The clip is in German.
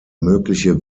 mögliche